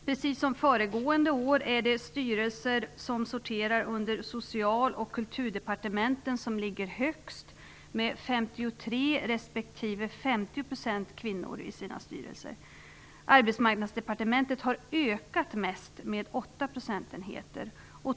Precis som föregående år är det styrelser som sorterar under Social och Kulturdepartementet som ligger högst med 53 respektive 50 % kvinnor i sina styrelser. Arbetsmarknadsdepartementet har ökat mest med 8 procentenheter.